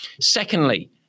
Secondly